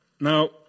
Now